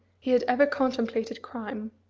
he had ever contemplated crime!